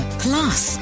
plus